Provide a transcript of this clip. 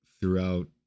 throughout